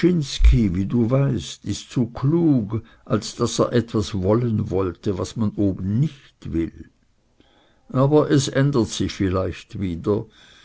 wie du weißt ist zu klug als daß er etwas wollen sollte was man oben nicht will aber es ändert sich vielleicht wieder